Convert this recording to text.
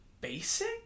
basic